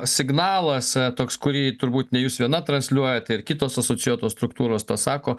signalas toks kurį turbūt ne jūs viena transliuojat ir kitos asocijuotos struktūros tą sako